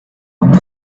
into